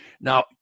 Now